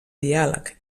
diàleg